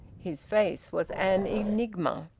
his face was an enigma.